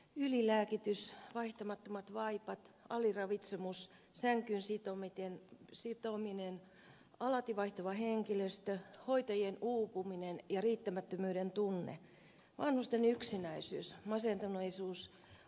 ylilääkitys vaihtamattomat vaipat aliravitsemus sänkyyn sitominen alati vaihtuva henkilöstö hoitajien uupuminen ja riittämättömyyden tunne vanhusten yksinäisyys masentuneisuus alkoholisoituminen ja itsemurhat